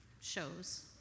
shows